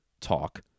talk